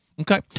Okay